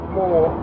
more